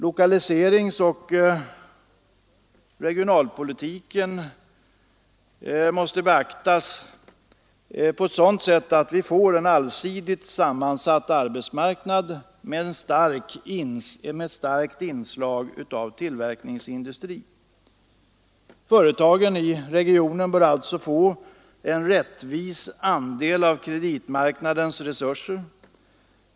Lokaliseringsoch regionalpolitiken måste beaktas på ett sådant sätt att vi får en allsidigt sammansatt arbetsmarknad med starkt inslag av tillverkningsindustri. Företagen i regionen bör alltså få en rättvis andel av kreditmarknadens resurser.